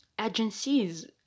agencies